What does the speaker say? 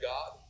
God